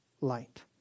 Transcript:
light